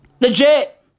Legit